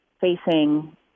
facing